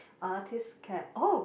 artist cap oh